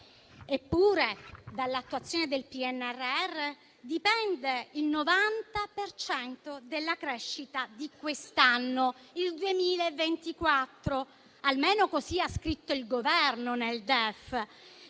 Eppure, dall'attuazione del PNRR dipende il 90 per cento della crescita di quest'anno, il 2024, almeno così ha scritto il Governo nel DEF,